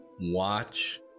watch